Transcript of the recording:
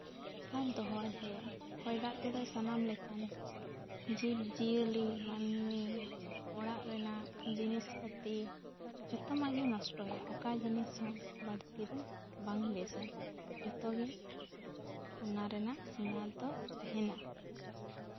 ᱟᱨ ᱫᱚᱦᱚᱣᱟᱱ ᱦᱩᱭᱩᱜᱼᱟ ᱦᱚᱭ ᱫᱟᱜ ᱛᱮᱫᱚ ᱥᱟᱱᱟᱢ ᱞᱮᱠᱟᱱ ᱡᱤᱵᱽᱼᱡᱤᱭᱟᱹᱞᱤ ᱢᱟᱹᱱᱢᱤ ᱚᱲᱟᱜ ᱨᱮᱱᱟᱜ ᱡᱤᱱᱤᱥ ᱯᱟᱹᱛᱤ ᱡᱚᱛᱚᱱᱟᱜ ᱜᱮᱢ ᱱᱚᱥᱴᱚᱭᱟ ᱚᱠᱟ ᱡᱤᱱᱤᱥ ᱦᱚᱸ ᱵᱟᱹᱲᱛᱤ ᱫᱚ ᱵᱟᱝ ᱵᱮᱥᱟ ᱡᱷᱚᱛᱚ ᱜᱮ ᱚᱱᱟ ᱨᱮᱱᱟᱜ ᱥᱤᱢᱟᱹ ᱫᱚ ᱛᱟᱦᱮᱱᱟ